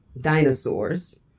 dinosaurs